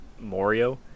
Morio